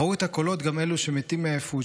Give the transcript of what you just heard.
/ ראו את הקולות גם אלו שמתים מעייפות,